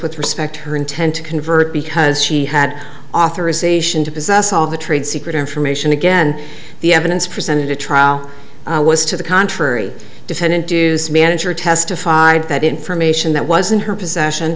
with respect her intent to convert because she had authorization to possess all the trade secret information again the evidence presented at trial was to the contrary defendant duce manager testified that information that was in her possession